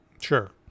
Sure